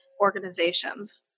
organizations